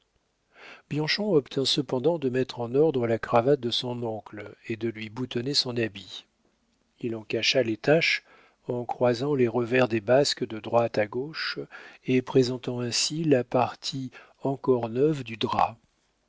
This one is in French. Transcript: bianchon obtint cependant de mettre en ordre la cravate de son oncle et de lui boutonner son habit il en cacha les taches en croisant les revers des basques de droite à gauche et présentant ainsi la partie encore neuve du drap